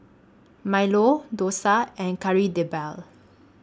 Milo Dosa and Kari Debal